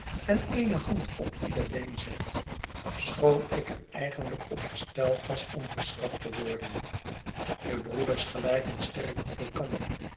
en eene hand op ieder been zet schoon ik er eigenlijk op gesteld was om geschrapt te worden de broeders gelijken sterk op elkander